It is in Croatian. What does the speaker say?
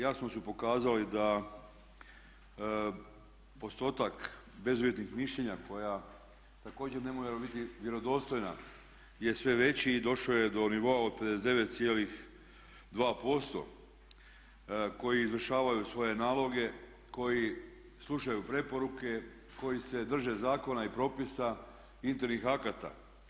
Jasno su pokazali da postotak bezuvjetnih mišljenja koja također ne moraju biti vjerodostojna je sve veći i došao je do nivoa od 59,2% koji izvršavaju svoje naloge, koji slušaju preporuke, koji se drže zakona i propisa, internih akata.